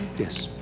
yes.